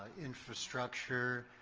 infrastructure,